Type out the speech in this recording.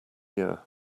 year